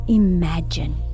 imagine